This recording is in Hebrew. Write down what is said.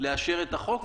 לאשר את החוק.